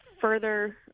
further